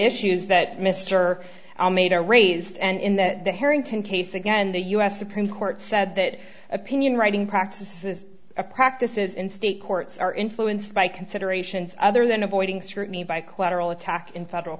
issues that mr nader raised and in that the harrington case again the u s supreme court said that opinion writing practice is a practices in state courts are influenced by considerations other than avoiding scrutiny by collateral attack in federal